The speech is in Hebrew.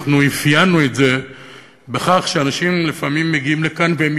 אנחנו אפיינו את זה בכך שאנשים לפעמים מגיעים לכאן והם